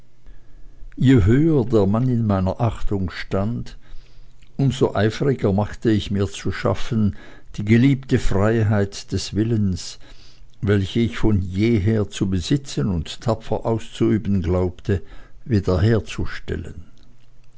je höher der mann in meiner achtung stand um so eifriger machte ich mir zu schaffen die geliebte freiheit des willens welche ich von jeher zu besitzen und tapfer auszuüben glaubte